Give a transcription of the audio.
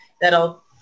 that'll